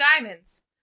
diamonds